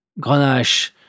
Grenache